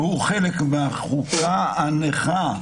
הוא חלק מהחוקה הנכה,